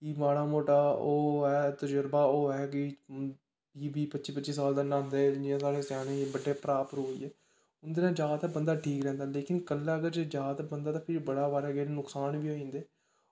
माड़ा मोटा तजुर्वा होऐ कि बीह् बाह् पच्ची पच्ची साल दे बड्डे भ्रा भ्रू होई गे उंदे नै बंदा जादातर ठीक रैंह्दा लेकिन कल्ला अगर जा जेकर ते बंदा बड़ा केंई बारी नुक्सान बी होई जंदे